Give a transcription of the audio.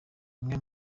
imwe